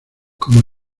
como